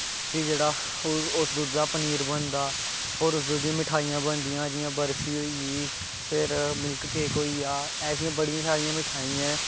फ्ही जेह्ड़ा उस दुद्धा दा पनीर बनदा होर उस दुद्धै दियां मठेआइयां बनदियां जियां बर्फी होई गेई फिर मिल्क केक होई गेआ ऐसियां बड़ियां सारियां मठाईयां ऐं